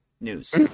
news